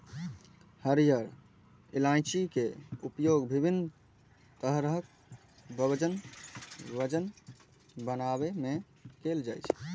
हरियर इलायची के उपयोग विभिन्न तरहक व्यंजन बनाबै मे कैल जाइ छै